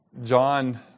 John